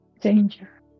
Danger